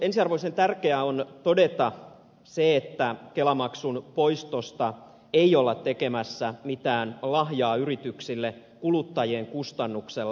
ensiarvoisen tärkeää on todeta se että kelamaksun poistosta ei olla tekemässä mitään lahjaa yrityksille kuluttajien kustannuksella